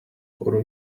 rw’aho